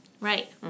Right